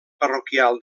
parroquial